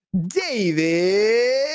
David